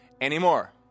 anymore